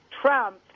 Trump